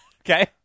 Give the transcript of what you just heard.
Okay